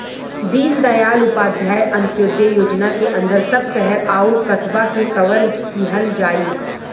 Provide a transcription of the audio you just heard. दीनदयाल उपाध्याय अंत्योदय योजना के अंदर सब शहर आउर कस्बा के कवर किहल जाई